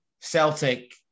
Celtic